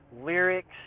Lyrics